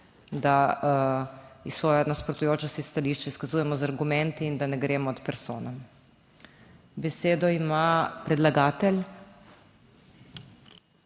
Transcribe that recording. da svojo nasprotujoča si stališča izkazujemo z argumenti in da ne gremo at personam. Besedo ima predlagatelj.